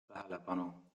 tähelepanu